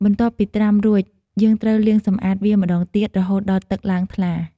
បន្ទាប់ពីត្រាំរួច យើងត្រូវលាងសម្អាតវាម្ដងទៀត រហូតដល់ទឹកឡើងថ្លា។